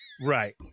Right